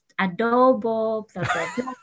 adobo